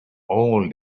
all